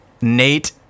nate